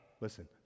listen